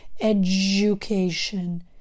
education